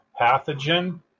Pathogen